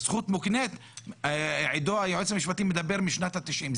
זכות מוקנית, עידו היועץ המשפטי מדבר משנת ה-90'.